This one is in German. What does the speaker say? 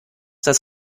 das